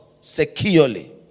securely